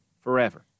forever